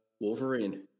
Wolverine